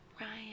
Ryan